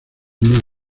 una